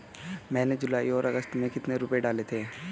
मैंने जुलाई और अगस्त में कितने रुपये डाले थे?